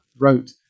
wrote